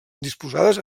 disposades